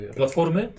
platformy